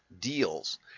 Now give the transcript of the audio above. deals